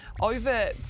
over